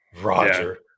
Roger